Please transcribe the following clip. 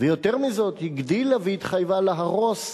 ויותר מזאת הגדילה והתחייבה להרוס,